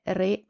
re